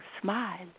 smile